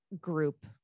group